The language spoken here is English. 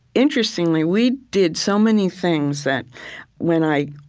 interestingly, we did so many things that when i,